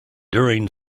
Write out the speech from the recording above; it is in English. during